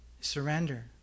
Surrender